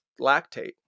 lactate